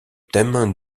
thème